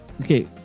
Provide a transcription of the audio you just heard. okay